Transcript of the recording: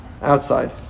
outside